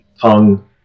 tongue